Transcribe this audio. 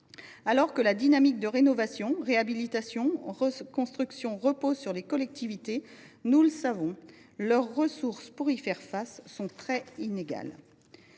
Alors que la dynamique de rénovation réhabilitation reconstruction repose sur les collectivités, nous le savons, leurs ressources pour y faire face sont très inégales.